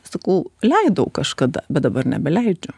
sakau leidau kažkada bet dabar nebeleidžiu